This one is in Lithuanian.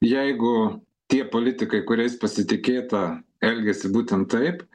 jeigu tie politikai kuriais pasitikėta elgiasi būtent taip